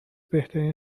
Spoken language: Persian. بهترین